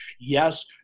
Yes